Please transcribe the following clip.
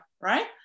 right